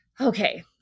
okay